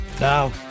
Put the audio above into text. Now